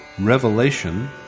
Revelation